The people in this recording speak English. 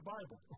Bible